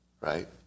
right